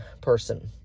person